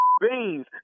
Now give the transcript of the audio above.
beans